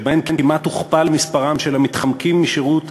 שבהן כמעט הוכפל מספרם של המתחמקים משירות